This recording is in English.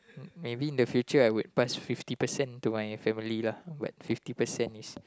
maybe in the future I would past fifty percent to my family lah but fifty percent is